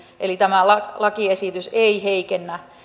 eli tämä lakiesitys ei heikennä